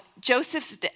Joseph's